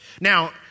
Now